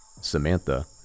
Samantha